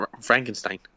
Frankenstein